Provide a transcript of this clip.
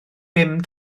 bum